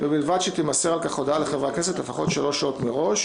ובלבד שתימסר על כך הודעה לחברי הכנסת לפחות שלוש שעות מראש.